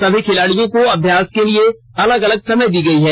सभी खिलाड़ियों को अभ्यास के लिए अलग अलग समय सीमा दी गई है